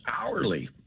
hourly